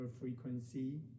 frequency